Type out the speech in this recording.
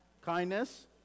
kindness